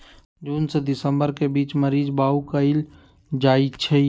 जून से दिसंबर के बीच मरीच बाओ कएल जाइछइ